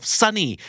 sunny